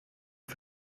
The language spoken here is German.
für